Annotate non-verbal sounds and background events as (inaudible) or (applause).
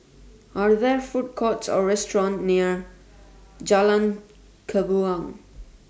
Are There Food Courts Or restaurants near Jalan (unintelligible)